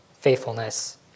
faithfulness